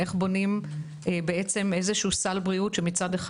איך בונים סל בריאות מסוים שמצד אחד